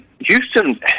Houston